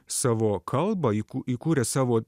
savo kalbą įkū įkūrė savo